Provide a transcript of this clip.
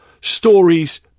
stories